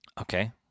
Okay